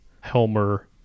Helmer